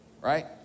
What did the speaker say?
right